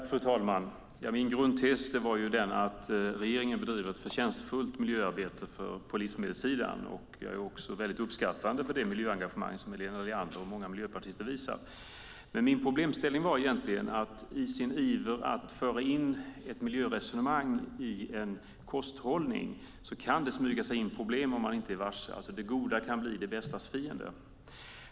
Fru talman! Min grundtes är att regeringen bedriver ett förtjänstfullt miljöarbete på livsmedelssidan. Jag uppskattar det miljöengagemang som Helena Leander och många miljöpartister visar. Men problemet är att i sin iver att föra in ett miljöresonemang i en kosthållning kan det smyga sig in problem, det vill säga det goda kan bli det bästas fiende.